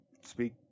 speak